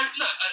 look